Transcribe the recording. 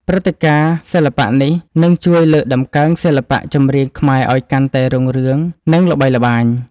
ព្រឹត្តិការណ៍សិល្បៈនេះនឹងជួយលើកតម្កើងសិល្បៈចម្រៀងខ្មែរឱ្យកាន់តែរុងរឿង និង ល្បីល្បាញ។